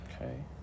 Okay